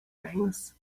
wings